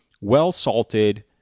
well-salted